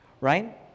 right